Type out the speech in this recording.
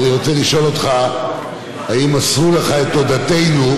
אז אני רוצה לשאול אותך אם מסרו לך את תודתנו,